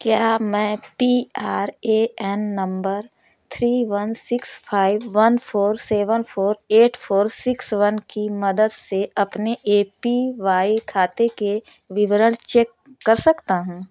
क्या मैं P R A N number three one six five one four seven four eight four six one की मदद से अपने ए पी वाई खाते के विवरण चेक कर सकता हूँ